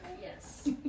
Yes